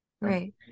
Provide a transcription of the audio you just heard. Right